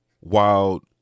wild